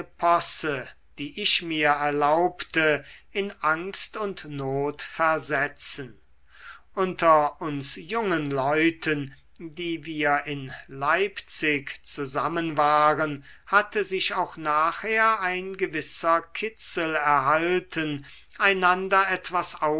posse die ich mir erlaubte in angst und not versetzen unter uns jungen leuten die wir in leipzig zusammen waren hatte sich auch nachher ein gewisser kitzel erhalten einander etwas